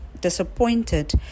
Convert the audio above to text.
disappointed